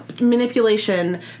manipulation